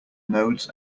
nodes